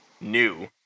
new